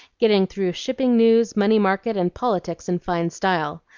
getting through shipping news, money-market, and politics in fine style.